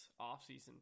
offseason